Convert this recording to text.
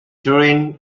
during